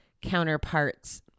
counterparts